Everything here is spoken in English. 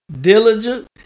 diligent